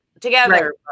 together